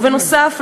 ובנוסף,